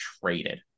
traded